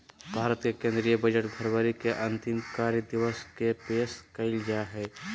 भारत के केंद्रीय बजट फरवरी के अंतिम कार्य दिवस के पेश कइल जा हइ